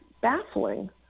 baffling